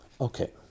Okay